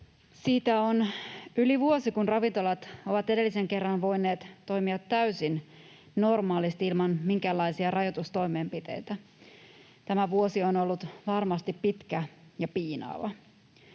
Siitä on yli vuosi, kun ravintolat ovat edellisen kerran voineet toimia täysin normaalisti ilman minkäänlaisia rajoitustoimenpiteitä. Tämä vuosi on ollut varmasti pitkä ja piinaava.